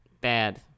Bad